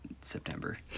september